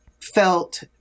felt